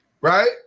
right